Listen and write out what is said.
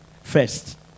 first